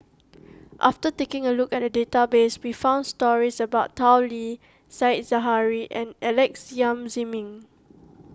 after taking a look at the database we found stories about Tao Li Said Zahari and Alex Yam Ziming